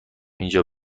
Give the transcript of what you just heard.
اینجا